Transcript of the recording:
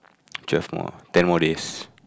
twelve more ten more days